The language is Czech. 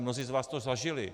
Mnozí z vás to zažili.